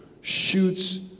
shoots